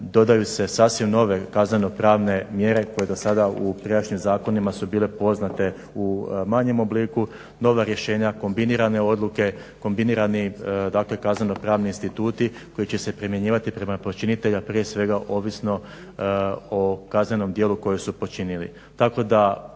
dodaju se sasvim nove kaznenopravne mjere koje do sada u prijašnjim zakonima su bile poznate u manjem obliku, nova rješenja, kombinirane odluke, kombinirani dakle kaznenopravni instituti koji će se primjenjivati prema počiniteljima prije svega ovisno o kaznenom djelu koje su počinili.